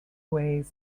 ways